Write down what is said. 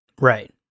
Right